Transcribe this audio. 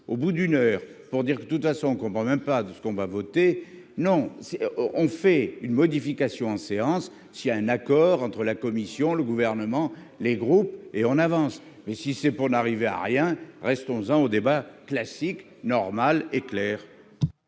au bout d'une heure pour dire que de toute façon qu'on parle même pas de ce qu'on va voter non, on fait une modification en séance si y a un accord entre la Commission, le gouvernement, les groupes et on avance, mais si c'est pour n'arriver à rien, restons-en au débat classique normale.